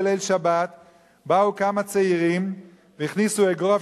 בליל שבת באו כמה צעירים והכניסו אגרוף,